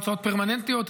הוצאות פרמננטיות,